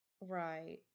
right